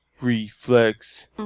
Reflex